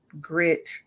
grit